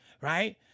Right